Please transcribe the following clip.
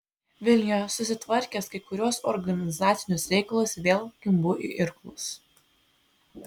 vilniuje susitvarkęs kai kuriuos organizacinius reikalus vėl kimbu į irklus